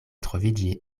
troviĝi